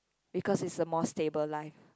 because it's a more stable life